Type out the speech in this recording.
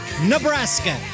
Nebraska